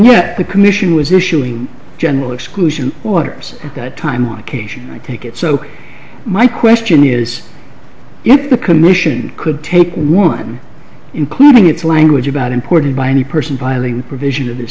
yet the commission was issuing general exclusion waters time on occasion i take it so my question is if the commission could take one including its language about imported by any person piling provision of their